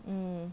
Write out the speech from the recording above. mm